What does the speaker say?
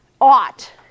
ought